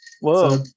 whoa